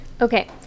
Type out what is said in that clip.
Okay